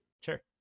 Sure